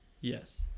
Yes